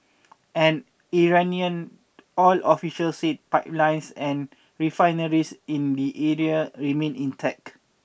an Iranian oil official said pipelines and refineries in the area remained intact